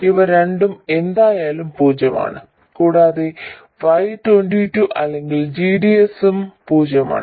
ഇവ രണ്ടും എന്തായാലും പൂജ്യമാണ് കൂടാതെ Y22 അല്ലെങ്കിൽ g d s ഉം പൂജ്യമാണ്